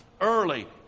early